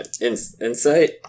Insight